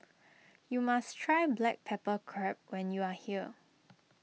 you must try Black Pepper Crab when you are here